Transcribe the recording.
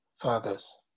fathers